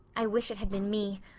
i wish it had been me.